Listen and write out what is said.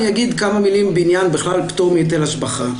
אגיד כמה מילים בכלל בעניין פטור מהיטל השבחה.